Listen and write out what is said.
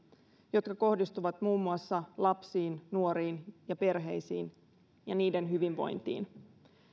jotka kohdistuvat muun muassa lapsiin nuoriin ja perheisiin ja niiden hyvinvointiin